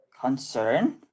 concern